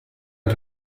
und